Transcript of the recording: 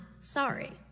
sorry